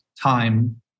time